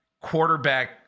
quarterback